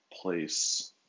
place